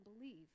believe